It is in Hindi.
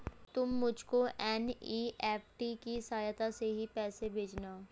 तुम मुझको एन.ई.एफ.टी की सहायता से ही पैसे भेजना